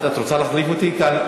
את רוצה להחליף אותי כאן?